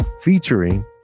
Featuring